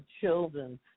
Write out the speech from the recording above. children